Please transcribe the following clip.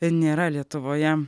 nėra lietuvoje